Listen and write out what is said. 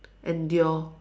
endure